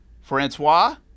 Francois